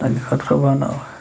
تَمہِ خٲطرٕ بَنٲو